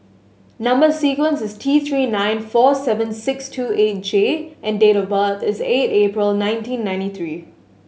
number sequence is T Three nine four seven six two eight J and date of birth is eight April nineteen ninety three